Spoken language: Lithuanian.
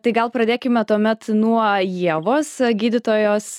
tai gal pradėkime tuomet nuo ievos gydytojos